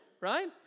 right